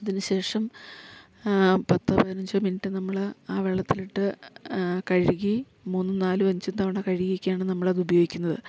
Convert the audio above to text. അതിനു ശേഷം പത്ത് പതിനഞ്ച് മിനിറ്റ് നമ്മള് ആ വെള്ളത്തിലിട്ട് കഴുകി മൂന്നും നാലും അഞ്ചും തവണ കഴുകി ഒക്കെയാണ് നമ്മളത് ഉപയോഗിക്കുന്നത്